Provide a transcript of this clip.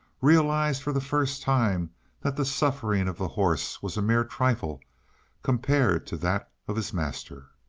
realized for the first time that the suffering of the horse was a mere trifle compared to that of his master.